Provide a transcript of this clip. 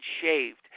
shaved